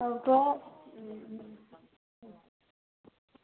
okay